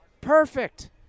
Perfect